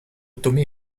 tomé